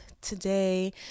today